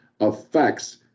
affects